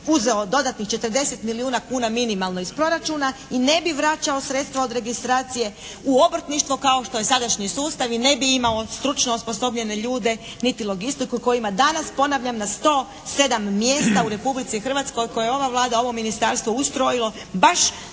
uzeo dodatnih 40 milijuna kuna minimalno iz proračuna i ne bi vraćao sredstva od registracije u obrtništvo kao što je sadašnji sustav i ne bi imao stručno osposobljene ljude niti logistiku koju ima danas, ponavljam na 107 mjesta u Republici Hrvatskoj koja je ova Vlada, ovo ministarstvo ustrojilo baš